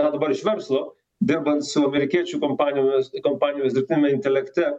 na dabar iš verslo dirbant su amerikiečių kompanijomis kompanijos dirbtiniame intelekte